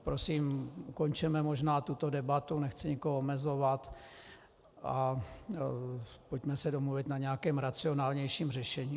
Prosím, ukončeme možná tuto debatu, nechci nikoho omezovat, a pojďme se domluvit na nějakém racionálnějším řešení.